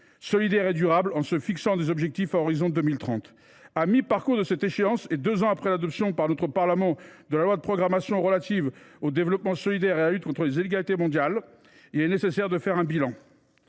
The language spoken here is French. solidaire et durable, en se fixant des objectifs à l’horizon de 2030. À mi parcours de cette échéance, deux ans après l’adoption par le Parlement de la loi de programmation relative au développement solidaire et à la lutte contre les inégalités mondiales, il est nécessaire de dresser un bilan